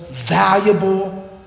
valuable